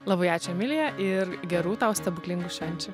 labai ačiū emilija ir gerų tau stebuklingų švenčių